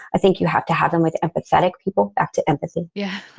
i think you have to have them with empathetic people, back to empathy. yeah